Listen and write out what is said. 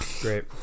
Great